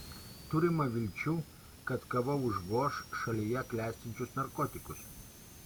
turima vilčių kad kava užgoš šalyje klestinčius narkotikus